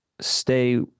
stay